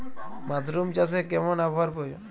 Mushroom চাষে কেমন আবহাওয়ার প্রয়োজন?